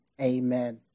Amen